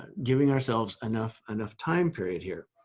giving ourselves enough enough time period here.